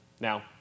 Now